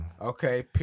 Okay